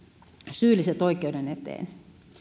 syylliset oikeuden eteen